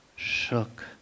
shook